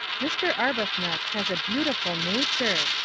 mr. arbuthnot has a beautiful nature!